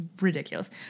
Ridiculous